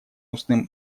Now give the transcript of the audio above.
устным